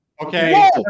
okay